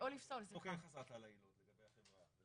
אני מבקשת לשוב ולומר שכן יש לנו חברות שלא